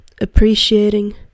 appreciating